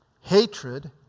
hatred